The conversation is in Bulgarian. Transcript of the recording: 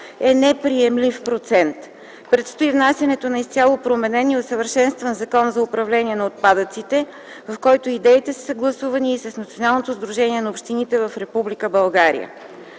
е неприемлив процент. Предстои внасянето на изцяло променен и усъвършенстван Закон за управление на отпадъците, в който идеите са съгласувани и с Националното сдружение на общините в